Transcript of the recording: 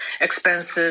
expenses